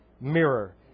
Mirror